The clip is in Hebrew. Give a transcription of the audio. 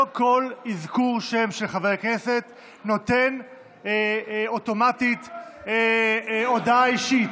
לא כל אזכור שם של חבר כנסת נותן אוטומטית הודעה אישית.